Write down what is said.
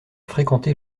fréquenté